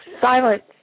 Silence